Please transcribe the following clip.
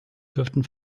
dürften